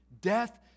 death